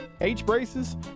H-braces